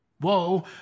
Whoa